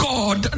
God